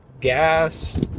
gas